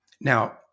now